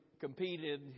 competed